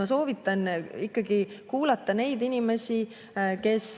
Ma soovitan kuulata neid inimesi, kes